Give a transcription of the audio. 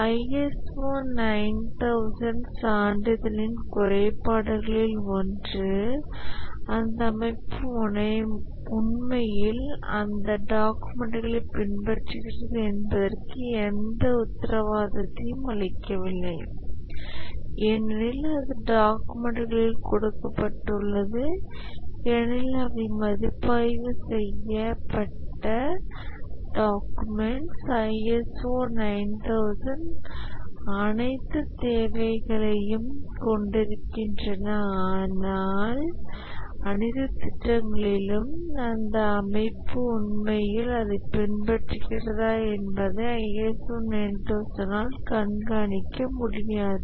ஆனால் ISO 9000 சான்றிதழின் குறைபாடுகளில் ஒன்று அந்த அமைப்பு உண்மையில் அந்த டாக்குமெண்ட்களைப் பின்பற்றுகிறது என்பதற்கு எந்த உத்தரவாதத்தையும் அளிக்கவில்லை ஏனெனில் அது டாக்குமெண்ட்களில் கொடுக்கப்பட்டுள்ளது ஏனெனில் அவை மதிப்பாய்வு செய்யப்பட்ட டாக்குமெண்ட்ஸ் ISO அனைத்து தேவைகளையும் கொண்டிருக்கின்றன ஆனால் அனைத்து திட்டங்களிலும் அந்த அமைப்பு உண்மையில்அதைப் பின்பற்றுகிறதா என்பதை ISO 9001 ஆல் கண்காணிக்க முடியாது